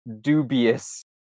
dubious